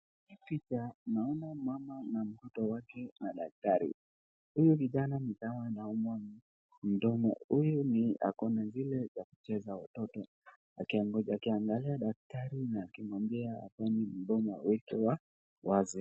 Picha naona mama na mtoto wake na daktari. Huyu kijana nikama anaumwa na mdomo, huyu ako na zile za kucheza watoto, akiangalia daktari na akimwambia afanye mdomo aweke wazi